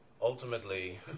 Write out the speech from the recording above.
Ultimately